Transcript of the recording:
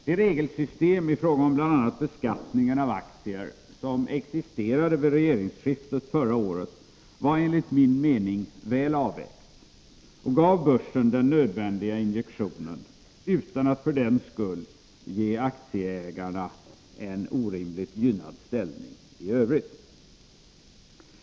Det regelsystem i fråga om bl.a. beskattningen av aktier som existerade vid regeringsskiftet förra året var, enligt min mening, väl avvägt och gav börsen den nödvändiga injektionen utan att för den skull ge aktieägarna en orimligt gynnad ställning i övrigt.